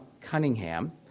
Cunningham